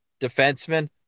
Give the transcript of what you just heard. defenseman